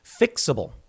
fixable